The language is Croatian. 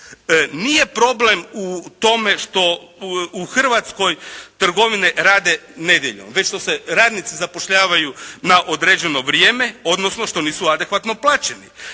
Nije problem u tome što u Hrvatskoj trgovine rade nedjeljom već što se radnici zapošljavaju na određeno vrijeme odnosno što nisu adekvatno plaćeni.